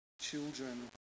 children